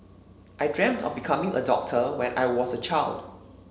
I dreamt of becoming a doctor when I was a child